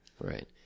Right